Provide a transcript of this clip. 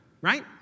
right